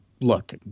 look